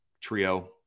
trio